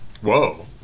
Whoa